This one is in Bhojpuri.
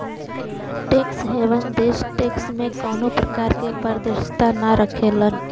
टैक्स हेवन देश टैक्स में कउनो प्रकार क पारदर्शिता नाहीं रखलन